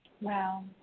Wow